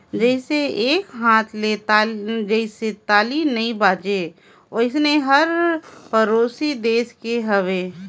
जइसे एके हाथ ले जइसे ताली नइ बाजे वइसने हाल हर परोसी देस के हवे